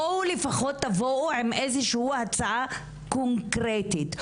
לפחות תבואו עם איזושהי הצעה קונקרטית.